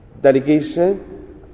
delegation